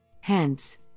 Hence